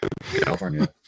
California